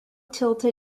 tilted